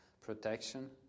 protection